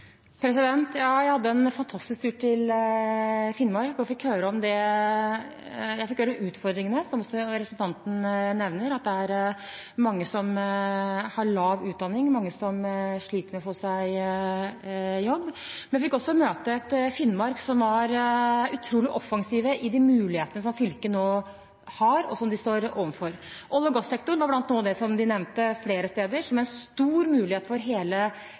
Jeg hadde en fantastisk tur til Finnmark, og jeg fikk høre om utfordringene som representanten nevner – at det er mange som har lav utdanning, og mange som sliter med å få seg jobb. Men jeg fikk også møte et Finnmark hvor man var utrolig offensive med hensyn til de mulighetene fylket nå har, og som de står overfor. Olje- og gassektoren var blant noe av det de nevnte flere steder som en stor mulighet – ikke bare for fylket, men for hele